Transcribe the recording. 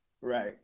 Right